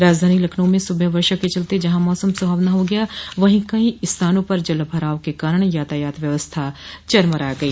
राजधानी लखनऊ में सुबह वर्षा के चलते जहां मौसम सुहावना हो गया वहीं कई स्थानों पर जल भराव के कारण यातायात व्यवस्था चरमरा गई